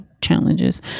challenges